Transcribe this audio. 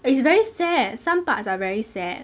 it's very sad some parts are very sad